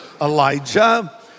Elijah